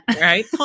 Right